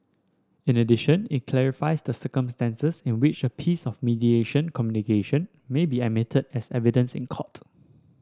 in addition it clarifies the circumstances in which a piece of mediation communication may be admitted as evidence in court